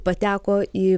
pateko į